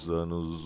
anos